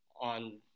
on